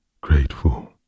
Grateful